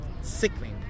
sickening